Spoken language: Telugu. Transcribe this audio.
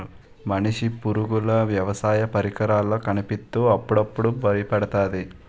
మనిషి పరుగులు వ్యవసాయ పరికరాల్లో కనిపిత్తు అప్పుడప్పుడు బయపెడతాది